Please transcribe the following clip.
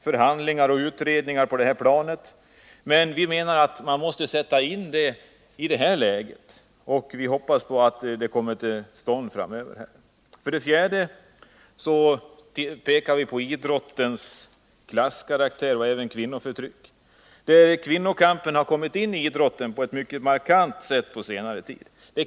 förhandlingar och utredningar på det här området — men vi menar att man måste sätta in åtgärder i det här läget, och vi hoppas att insatser kommer att göras framöver. För det fjärde pekar vi på idrottens klasskaraktär och även på kvinnoförtrycket. Kvinnokampen har kommit in i idrotten på ett mycket markant sätt på senare tid.